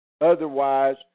otherwise